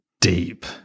deep